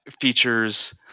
features